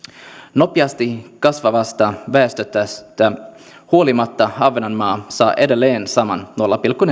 nopeasti kasvavasta väestöstä huolimatta ahvenanmaa saa edelleen saman nolla pilkku